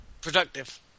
Productive